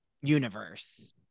universe